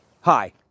Hi